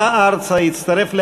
עלה ארצה, הצטרף ל"הגנה"